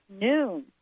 noon